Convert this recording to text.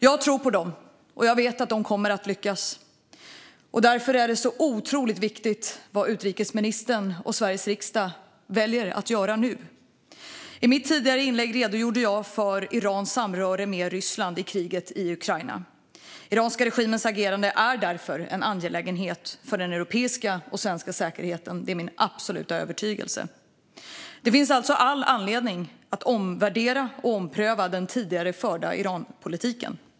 Jag tror på dem, och jag vet att de kommer att lyckas. Därför är det otroligt viktigt vad utrikesministern och Sveriges riksdag väljer att göra nu. I mitt tidigare inlägg redogjorde jag för Irans samröre med Ryssland i kriget i Ukraina. Den iranska regimens agerande är därför en angelägenhet för den europeiska och svenska säkerheten. Det är min absoluta övertygelse. Det finns alltså all anledning att omvärdera och ompröva den tidigare förda Iranpolitiken.